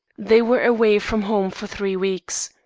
they were away from home for three weeks.